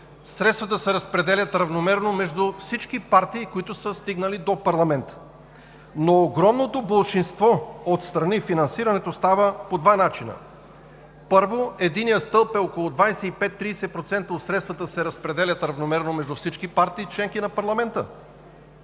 средствата се разпределят равномерно между всички партии, които са стигнали до парламента. Но в огромното болшинство от страни финансирането става по два начина: първо, единият стълб – около 25 – 30% от средствата, се разпределят равномерно между всички партии – членки на парламента;